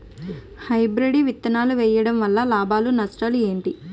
Hybrid విత్తనాలు వేయటం వలన లాభాలు నష్టాలు ఏంటి?